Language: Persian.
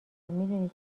میدونی